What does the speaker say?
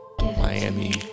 miami